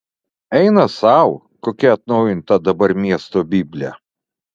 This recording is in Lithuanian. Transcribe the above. eina sau kokia atnaujinta dabar miesto biblė